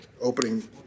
opening